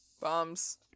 Bombs